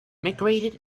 migrated